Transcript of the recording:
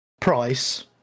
price